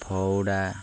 ଫାଉଡ଼ା